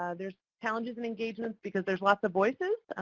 ah there's challenges and engagements because there's lots of voices,